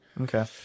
Okay